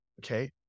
Okay